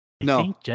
No